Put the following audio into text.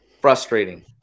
Frustrating